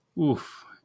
Oof